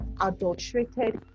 adulterated